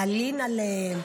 להלין עליהם,